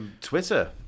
Twitter